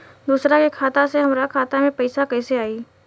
दूसरा के खाता से हमरा खाता में पैसा कैसे आई?